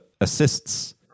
assists